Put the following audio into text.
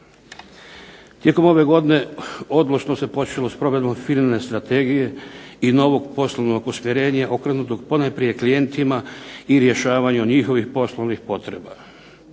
Tijekom ove godine odlučno se počelo s provedbom FINA-ine strategije i novog poslovnog usmjerenja okrenutog ponajprije klijentima i rješavanju njihovih poslovnih potreba.